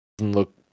look